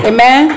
Amen